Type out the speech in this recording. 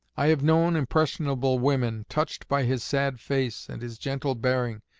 i have known impressionable women, touched by his sad face and his gentle bearing,